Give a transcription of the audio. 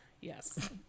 yes